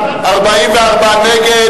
בעד, ירים את ידו.